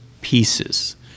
pieces